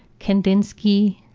kandinsky,